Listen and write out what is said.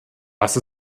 was